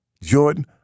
Jordan